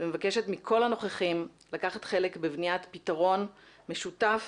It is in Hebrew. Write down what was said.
ומבקשת מכל הנוכחים לקחת חלק בבניית פתרון משותף